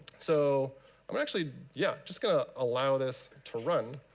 so i'm actually yeah just going to allow this to run.